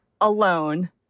alone